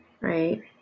right